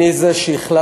אני זה שהחלטתי,